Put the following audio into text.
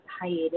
hiatus